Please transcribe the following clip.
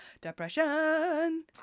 depression